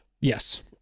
yes